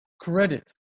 credit